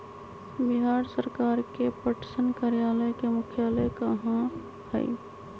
बिहार सरकार के पटसन कार्यालय के मुख्यालय कहाँ हई?